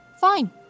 Fine